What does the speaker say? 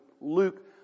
Luke